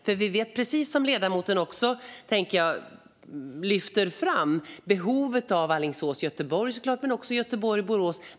För vi vet, precis som ledamoten lyfter fram, behovet av Alingsås-Göteborg men också Göteborg-Borås.